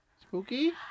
Spooky